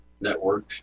network